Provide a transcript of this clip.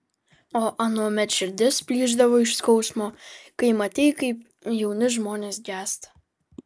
o anuomet širdis plyšdavo iš skausmo kai matei kaip jauni žmonės gęsta